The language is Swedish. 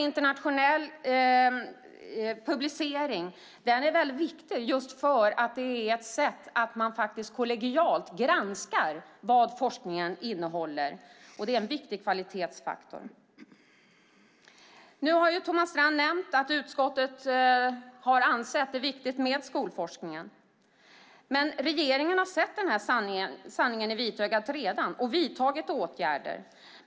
Internationell publicering är viktig eftersom det är ett sätt för att kollegialt granska vad forskningen innehåller. Det är en viktig kvalitetsfaktor. Nu har Thomas Strand nämnt att utskottet har ansett det viktigt med skolforskningen. Regeringen har redan sett den här sanningen i vitögat och vidtagit åtgärder.